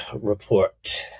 report